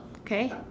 Okay